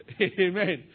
Amen